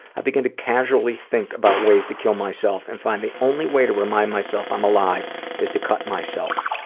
i begin to casually think about ways to kill myself and find the only way to remind myself i'm alive is to cut myself.